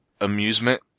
amusement